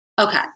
Okay